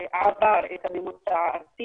עבר את הממוצע הארצי.